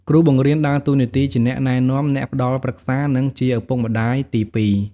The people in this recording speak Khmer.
គ្រូបង្រៀនដើរតួនាទីជាអ្នកណែនាំ អ្នកផ្តល់ប្រឹក្សា និងជាឪពុកម្តាយទីពីរ។